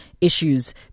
issues